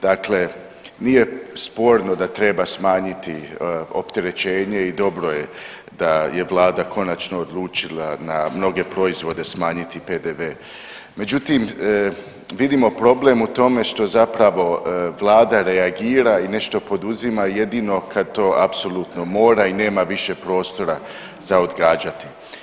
Dakle, nije sporno da treba smanjiti opterećenje i dobro je da je Vlada konačno odlučila na mnoge proizvode smanjiti PDV, međutim vidimo problem u tome što zapravo Vlada reagira i nešto poduzima jedino kad to apsolutno mora i nema više prostora za odgađati.